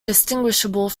distinguishable